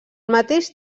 mateix